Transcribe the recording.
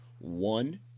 one